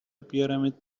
بیارمت